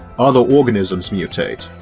other organisms mutate,